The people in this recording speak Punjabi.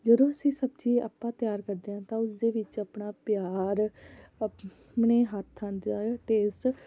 ਜਦੋਂ ਅਸੀਂ ਸਬਜ਼ੀ ਆਪਾਂ ਤਿਆਰ ਕਰਦੇ ਹਾਂ ਤਾਂ ਉਸਦੇ ਵਿੱਚ ਆਪਣਾ ਪਿਆਰ ਆਪਣੇ ਹੱਥਾਂ ਦਾ ਟੇਸਟ